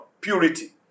purity